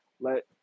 let